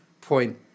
point